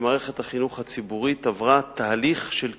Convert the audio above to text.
שמערכת החינוך הציבורית עברה תהליך של כתישה,